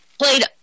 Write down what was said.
played